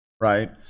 right